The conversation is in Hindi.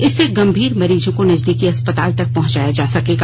इससे गंभीर मरीजों को नजदीकी अस्पताल तक पहुचाया जा सकेगा